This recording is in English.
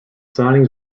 signings